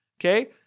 Okay